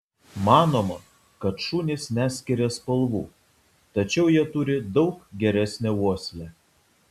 manoma kad šunys neskiria spalvų tačiau jie turi daug geresnę uoslę